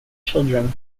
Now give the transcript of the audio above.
children